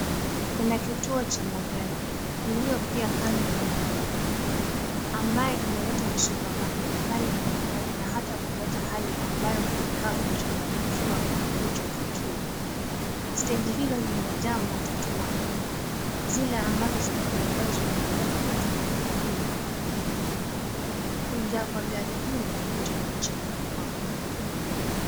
Kuna kituo cha magari iliyo pia kando ya barabara kuu ambayo inaleta msongamano mkali wa magari na hata kuleta hali ambayo inakaa kuchanganyikiwa kwenye hicho kituo. Steji hilo limejaa matatu makubwa zile ambazo ziko na uwezo wa kubeba watu arubaine na kuendelea. Kujaa kwa gari hilo ndio kuchelewa kwako.